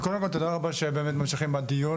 קודם כל, תודה רבה שבאמת ממשיכים בדיון